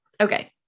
Okay